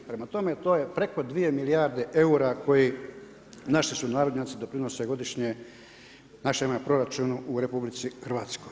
Prema tome to je preko 2 milijarde eura koje naši sunarodnjaci doprinose godišnje, našemu proračunu u RH.